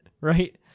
right